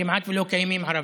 כמעט ולא קיימים ערבים,